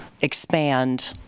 expand